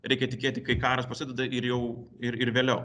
reikia tikėti kai karas prasideda ir jau ir ir vėliau